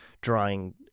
drawing